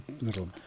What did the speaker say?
little